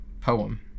poem